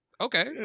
okay